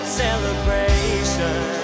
celebration